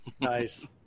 Nice